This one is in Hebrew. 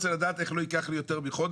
אני רוצה לדעת איך לא ייקח לי יותר מחודש.